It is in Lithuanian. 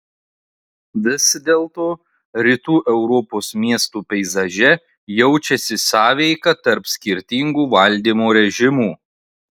vis dėlto rytų europos miestų peizaže jaučiasi sąveika tarp skirtingų valdymo režimų